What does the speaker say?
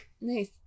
Nice